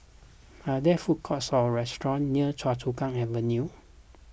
are there food courts or restaurants near Choa Chu Kang Avenue